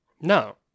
No